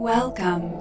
Welcome